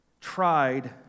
tried